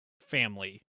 family